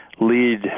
lead